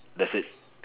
that's it